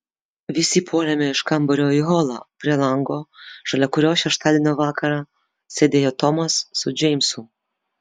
visi puolėme iš kambario į holą prie lango šalia kurio šeštadienio vakarą sėdėjo tomas su džeimsu